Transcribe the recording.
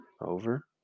Over